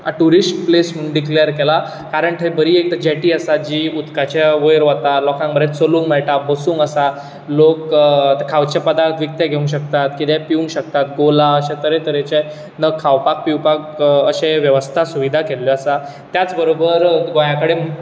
tourist place म्हणून declare केला कारण थंय बरी एक जॅटी आसा जी उदकाच्या वयर वता लोकांक बरें चलूंक मेळटा बसूंक आसा लोक खावचे पदार्थ विकते घेवंक शकतात कितेंय पिवूंक शकतात गोला अशे तरे तरेचे नग खावपा पिवपाक अशे वेवस्था सुविधा केल्ल्यो आसा त्याच बरोबर गोंया कडेन